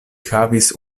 havis